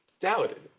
doubted